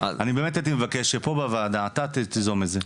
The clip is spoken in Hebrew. אני באמת הייתי מבקש שפה בוועדה אתה תיזום את זה.